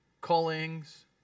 callings